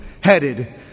headed